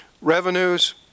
Revenues